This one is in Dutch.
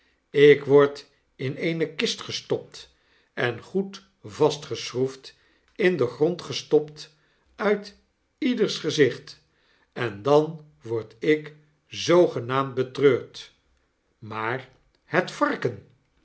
ik word in eene kist gestopt en goed vastgeschroefd in den grond gestopt uit ieders gezicht en dan word ik zoogenaamd betreurd maar het varken